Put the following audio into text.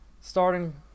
Starting